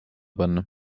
panna